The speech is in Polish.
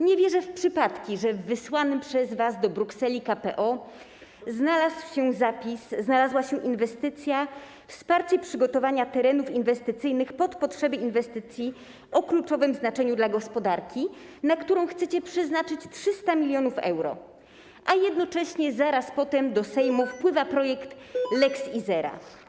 Nie wierzę w przypadki, że w wysłanym przez was do Brukseli KPO znalazła się inwestycja: wsparcie przygotowania terenów inwestycyjnych pod potrzeby inwestycji o kluczowym znaczeniu dla gospodarki, na którą chcecie przeznaczyć 300 mln euro, a jednocześnie zaraz potem do Sejmu wpłynął projekt lex Izera.